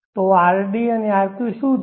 તો rd અને rq શું છે